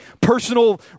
personal